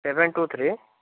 seven two three